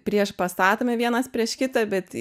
priešpastatomi vienas prieš kitą bet